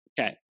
Okay